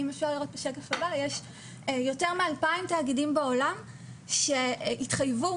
יש יותר מ-2,000 תאגידים בעולם שהתחייבו